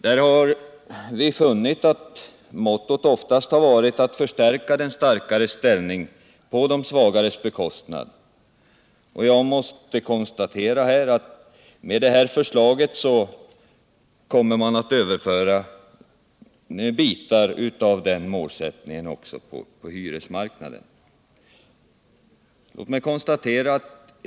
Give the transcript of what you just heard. Där har vi funnit att mottot oftast varit att förstärka den starkares ställning på de svagares bekostnad. Jag måste konstatera att med det nu föreliggande förslaget kommer man att överföra bitar av den målsättningen också på hyresmark 85 naden.